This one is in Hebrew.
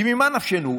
כי ממה נפשנו?